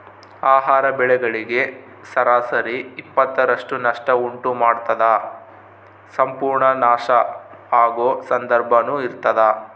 ಆಹಾರ ಬೆಳೆಗಳಿಗೆ ಸರಾಸರಿ ಇಪ್ಪತ್ತರಷ್ಟು ನಷ್ಟ ಉಂಟು ಮಾಡ್ತದ ಸಂಪೂರ್ಣ ನಾಶ ಆಗೊ ಸಂದರ್ಭನೂ ಇರ್ತದ